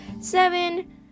seven